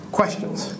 questions